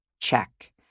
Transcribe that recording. Check